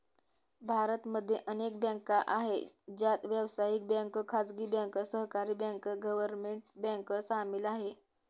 भारत मध्ये अनेक बँका आहे, ज्यात व्यावसायिक बँक, खाजगी बँक, सहकारी बँक, गव्हर्मेंट बँक सामील आहे